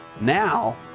Now